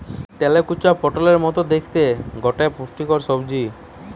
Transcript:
তেলাকুচা পটোলের মতো দ্যাখতে গটে পুষ্টিকর সবজি